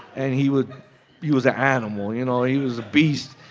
and he would he was a animal, you know. he was a beast.